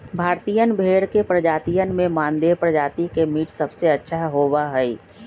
भारतीयन भेड़ के प्रजातियन में मानदेय प्रजाति के मीट सबसे अच्छा होबा हई